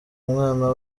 umwana